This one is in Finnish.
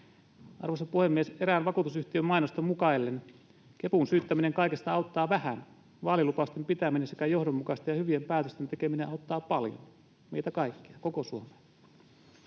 Arvoisa puhemies! Erään vakuutusyhtiön mainosta mukaillen: kepun syyttäminen kaikesta auttaa vähän, vaalilupausten pitäminen sekä johdonmukaisten ja hyvien päätösten tekeminen auttaa paljon — meitä kaikkia, koko Suomea.